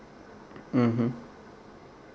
mmhmm